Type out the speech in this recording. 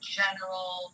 general